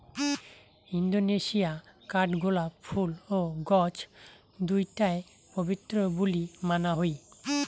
Indonesia কাঠগোলাপ ফুল ও গছ দুইটায় পবিত্র বুলি মানা হই